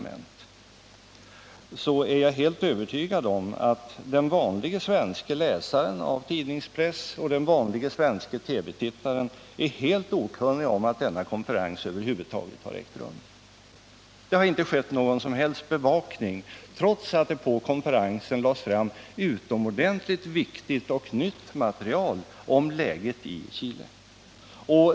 Men jag är helt övertygad om att den vanlige svenske läsaren av tidningspress och den vanlige svenske TV-tittaren är helt okunnig om att denna konferens över huvud taget har ägt rum. Det har inte skett någon som helst bevakning, trots att det på konferensen lades fram utomordentligt viktigt nytt material om läget i Chile.